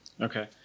Okay